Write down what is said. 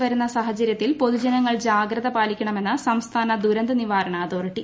് വരുന്ന സാഹചര്യത്തിൽ പൊതുജനങ്ങൾ ജാഗ്രത് പാ്ലിക്കണമെന്ന് സംസ്ഥാന ദുരന്ത നിവാരണ അതോറിറ്റി